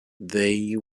they